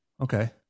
Okay